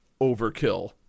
overkill